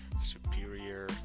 superior